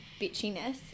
bitchiness